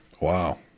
Wow